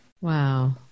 Wow